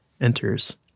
enters